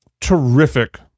terrific